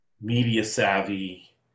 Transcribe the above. media-savvy